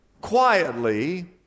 quietly